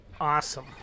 Awesome